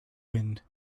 wind